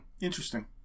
interesting